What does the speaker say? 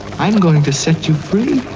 i'm going to set you free.